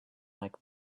like